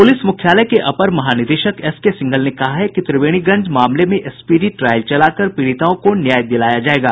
प्रलिस मुख्यालय के अपर महानिदेशक एसके सिंघल ने कहा है कि त्रिवेणीगंज मामले में स्पीडी ट्रायल चलाकर पीड़िताओं को न्याय दिलाया जायेगा